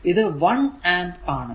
ഇത് 1 ആമ്പ് ആണ്